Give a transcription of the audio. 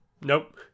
nope